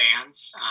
fans